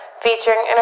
featuring